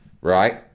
right